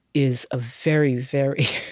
is a very, very